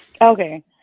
okay